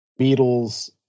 Beatles